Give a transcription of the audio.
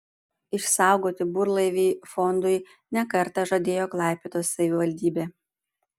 išsaugoti burlaivį fondui ne kartą žadėjo klaipėdos savivaldybė